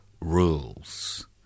rules